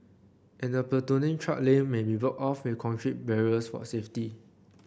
and the platooning truck lane may be blocked off with concrete barriers for safety